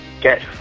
get